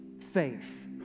faith